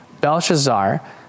Belshazzar